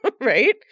right